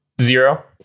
Zero